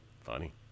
Funny